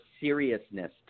seriousness